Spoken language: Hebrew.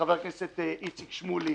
חבר הכנסת איציק שמולי,